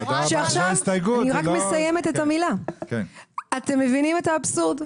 אתם מבינים את האבסורד?